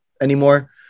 anymore